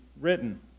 written